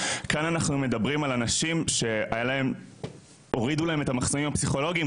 כאן אנחנו מדברים על אנשים שהורידו להם את המחסומים הפסיכולוגיים,